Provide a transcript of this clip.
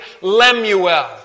Lemuel